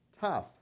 tough